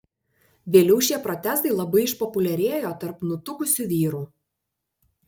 vėliau šie protezai labai išpopuliarėjo tarp nutukusių vyrų